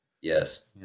Yes